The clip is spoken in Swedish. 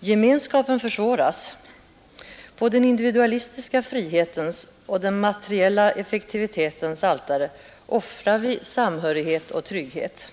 Gemenskapen försvåras. På den individualistiska frihetens och den materiella effektivitetens altare offrar vi samhörighet och trygghet.